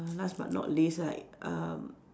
last but not least right um